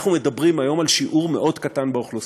אנחנו מדברים היום על שיעור מאוד קטן באוכלוסייה,